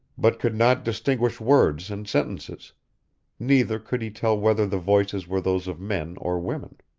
but could not distinguish words and sentences neither could he tell whether the voices were those of men or women.